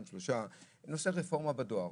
שלושה דיברנו על רפורמה כללית בדואר.